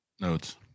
notes